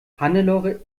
hannelore